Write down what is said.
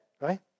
right